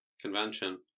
convention